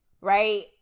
right